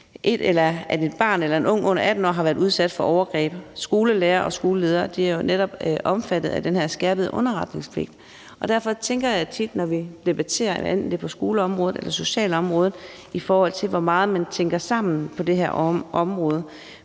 at et barn eller en ung under 18 år har været udsat for overgreb. Skolelærere og skoleledere er netop omfattet af den her skærpede underretningspligt, og derfor tænker jeg tit på, når vi debatterer, hvad enten det er på skoleområdet eller på socialområdet, hvor meget man tænker tingene i en sammenhæng på det her område.